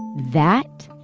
that